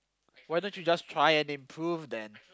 why don't you just try and improve then